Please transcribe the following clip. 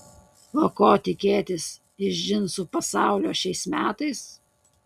o ko tikėtis iš džinsų pasaulio šiais metais